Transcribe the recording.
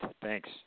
thanks